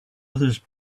others